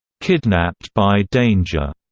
kidnapped by danger,